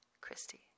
Christy